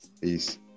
Peace